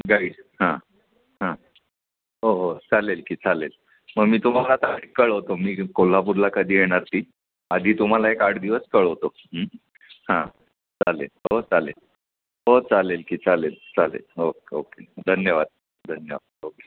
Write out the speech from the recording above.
guide हां हां हो हो चालेल की चालेल मग मी तुम्हाला तारीख कळवतो मी कोल्हापूरला कधी येणार ती आधी तुम्हाला एक आठ दिवस कळवतो हां चालेल हो चालेल हो चालेल की चालेल चालेल ओक ओके धन्यवाद धन्यवाद ओके